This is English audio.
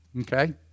Okay